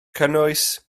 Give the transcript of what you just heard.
cynnwys